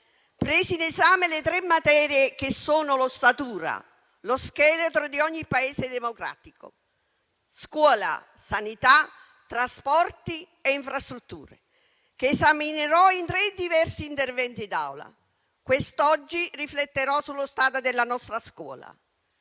Presi in esame le tre materie che sono l'ossatura e lo scheletro di ogni Paese democratico: scuola, sanità, trasporti e infrastrutture, che esaminerò in tre diversi interventi d'Aula. Quest'oggi rifletterò sullo stato della nostra scuola.